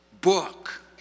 book